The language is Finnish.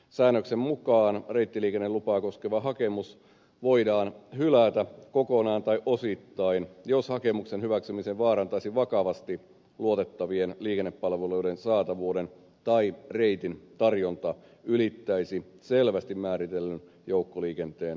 säännöksen mukaan reittiliikennelupaa koskeva hakemus voidaan hylätä kokonaan tai osittain jos hakemuksen hyväksyminen vaarantaisi vakavasti luotettavien liikennepalveluiden saatavuuden tai reitin tarjonta ylittäisi selvästi määritellyn joukkoliikenteen palvelutason